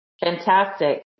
Fantastic